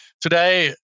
Today